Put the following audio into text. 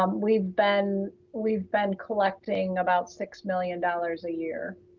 um we've been we've been collecting about six million dollars a year.